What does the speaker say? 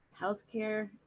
healthcare